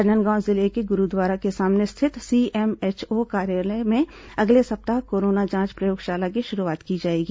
राजनांदगांव जिले के गुरूद्वारा के सामने स्थित सीएमएचओ कार्यालय में अगले सप्ताह कोरोना जांच प्रयोगशाला की शुरूआत की जाएगी